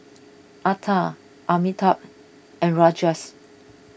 Atal Amitabh and Rajesh